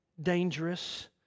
dangerous